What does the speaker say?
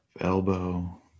elbow